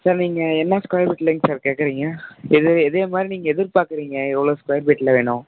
sir நீங்கள் என்ன square ஃபீட்லைங்க சார் கேட்கறீங்க எது எதே மாதிரி நீங்கள் எதிர்பார்க்குறீங்க எவ்வளோ ஸ்கொயர் ஃபீட்டில் வேணும்